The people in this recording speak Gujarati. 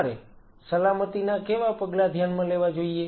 તમારે સલામતીનાં કેવા પગલાં ધ્યાનમાં લેવા જોઈએ